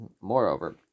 Moreover